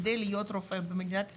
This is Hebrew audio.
כדי להיות רופא במדינת ישראל,